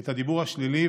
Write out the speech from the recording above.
את הדיבור השלילי,